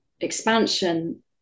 expansion